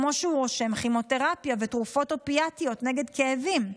כמו שהוא רושם כימותרפיה ותרופות אופיאטיות נגד כאבים.